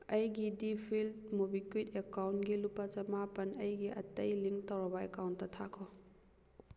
ꯑꯩꯒꯤ default MobiKwik ꯑꯦꯀꯥꯎꯟꯒꯤ ꯂꯨꯄꯥ ꯆꯃꯥꯄꯜ ꯑꯩꯒꯤ ꯑꯇꯩ ꯂꯤꯡ ꯇꯧꯔꯕ ꯑꯦꯀꯥꯎꯟꯗ ꯊꯥꯈꯣ